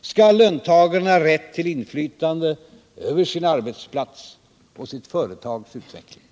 skall löntagaren ha rätt till inflytande över sin arbetsplats och sitt företags utveckling.